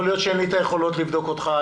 יכול להיות שאין לי היכולות לבדוק אותך,